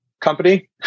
company